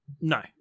No